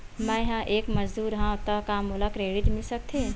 मैं ह एक मजदूर हंव त का मोला क्रेडिट मिल सकथे?